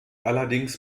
allerdings